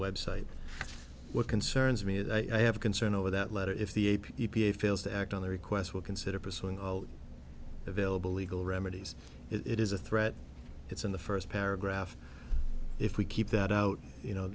website what concerns me and i have a concern over that letter if the a p a fails to act on their requests will consider pursuing all available legal remedies it is a threat it's in the first paragraph if we keep that out you know